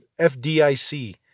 FDIC